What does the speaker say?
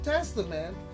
Testament